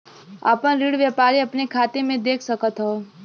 आपन ऋण व्यापारी अपने खाते मे देख सकत हौ